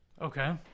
Okay